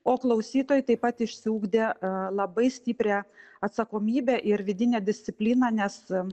o klausytojai taip pat išsiugdę labai stiprią atsakomybę ir vidinę discipliną nes